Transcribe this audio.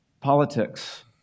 politics